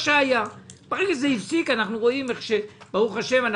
ברגע שזה הפסיק ברוך השם,